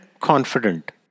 confident